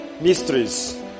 mysteries